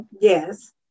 Yes